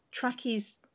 trackies